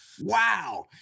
Wow